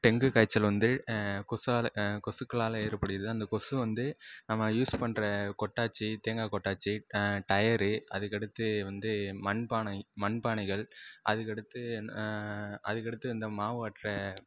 dengue காய்ச்சல் வந்து கொசுவால் கொசுக்களால் ஏற்படுகிறது அந்த கொசு வந்து நம்ம யூஸ் பண்ணுற கொட்டாச்சி தேங்காய் கொட்டாச்சி டயரு அதுக்கடுத்து வந்து மண்பானை மண்பானைகள் அதுக்கடுத்து என்ன அதுக்கடுத்து அந்த மாவாட்டுற